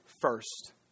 first